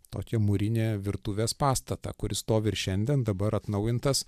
tokį mūrinį virtuvės pastatą kuris stovi ir šiandien dabar atnaujintas